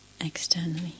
externally